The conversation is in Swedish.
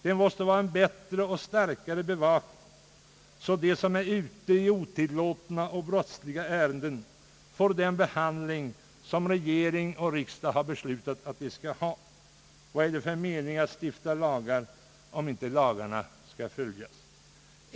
Vi måste ha en bättre och starkare bevakning, så att de som är ute i otillåtna och brottsliga ärenden får den behandling, som regering och riksdag beslutat. Vad är det för mening att stifta lagar, om inte lagarna skall följas.